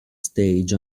stage